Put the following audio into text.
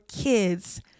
kids